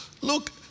Look